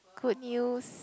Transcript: good news